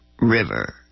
river